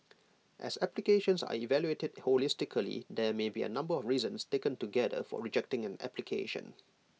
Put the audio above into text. as applications are evaluated holistically there may be A number of reasons taken together for rejecting an application